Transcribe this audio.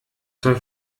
soll